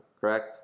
correct